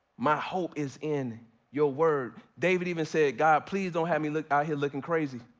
my hope is in your word. david even said, god please don't have me out here looking crazy,